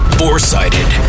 four-sided